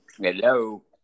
hello